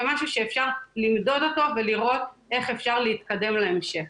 ומשהו שאפשר למדוד אותו ולראות איך אפשר להתקדם להמשך.